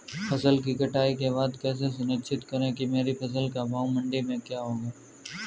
फसल की कटाई के बाद कैसे सुनिश्चित करें कि मेरी फसल का भाव मंडी में क्या होगा?